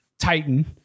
Titan